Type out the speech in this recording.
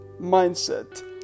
mindset